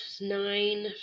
nine